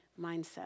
mindset